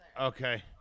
Okay